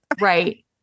Right